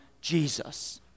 Jesus